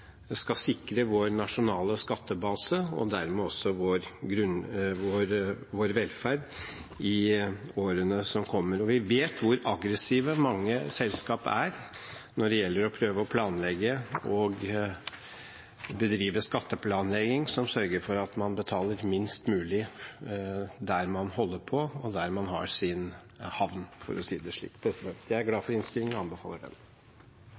skal sikre vår nasjonale skattebase og dermed også vår velferd i årene som kommer. Og vi vet hvor aggressive mange selskap er når det gjelder å bedrive skatteplanlegging som sørger for at man betaler minst mulig der man holder på – der man har sin havn, for å si det slik. Jeg er glad for innstillingen og anbefaler den.